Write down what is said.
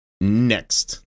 Next